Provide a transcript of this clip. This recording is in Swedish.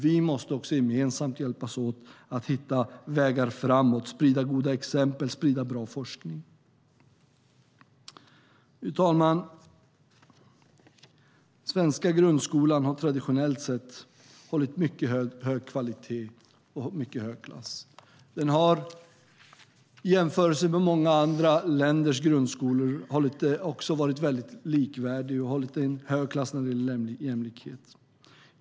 Vi måste också gemensamt hjälpas åt att hitta vägar framåt, sprida goda exempel, sprida bra forskning. Fru talman! Den svenska grundskolan har traditionellt sett hållit mycket hög kvalitet och mycket hög klass. Den har i jämförelse med många andra länders grundskolor varit likvärdig och hållit hög klass när det gäller jämlikhet.